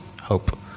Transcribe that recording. hope